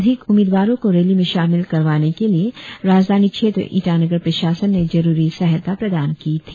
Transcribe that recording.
अधिक उम्मीदवारो को रैली में शामिल करवाने के लिए राजधानी क्षेत्र ईटानगर प्रशासन ने जरुरी सहायता प्रदान की थी